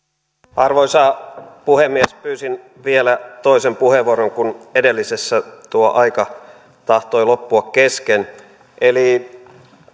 arvoisa puhemies pyysin vielä toisen puheenvuoron kun edellisessä tuo aika tahtoi loppua kesken